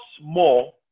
more